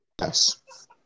Yes